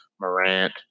Morant